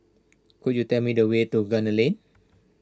could you tell me the way to Gunner Lane